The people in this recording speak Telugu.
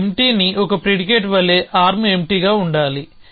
ఒక ఎంప్టీని ఒక ప్రిడికేట్ వలె ఆర్మ్ ఎంప్టీ గా ఉండాలి